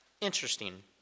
Interesting